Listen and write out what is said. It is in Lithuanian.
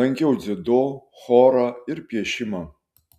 lankiau dziudo chorą ir piešimą